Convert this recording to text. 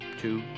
two